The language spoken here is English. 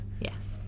Yes